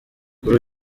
kuri